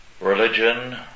Religion